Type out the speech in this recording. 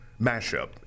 mashup